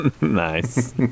Nice